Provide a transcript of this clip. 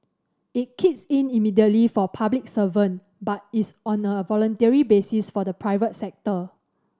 it kicks in immediately for public servant but is on a voluntary basis for the private sector